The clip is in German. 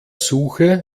suche